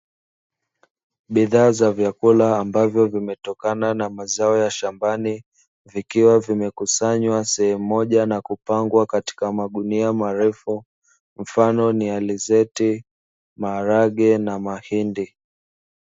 Bidhaa za vyakula ambazo vimetokana na mazao ya shambani vikiwa vimekusanywa sehemu moja na kupangwa katika magunia marefu mfano ni alizeti, maharage na mahindi.